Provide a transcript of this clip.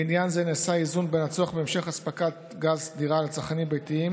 בעניין זה נעשה איזון בין הצורך בין המשך אספקת גז סדירה לצרכנים ביתיים